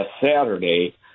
Saturday